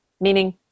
Meaning